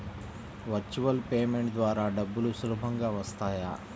Virtual payment ద్వారా డబ్బులు సులభంగా వస్తాయా?